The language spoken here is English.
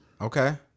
Okay